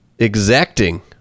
exacting